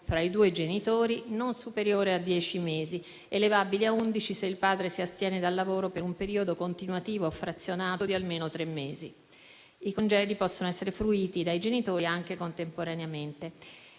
tra i due genitori non superiore a dieci mesi, elevabili a undici se il padre si astiene dal lavoro per un periodo continuativo o frazionato di almeno tre mesi. I congedi possono essere fruiti dai genitori anche contemporaneamente.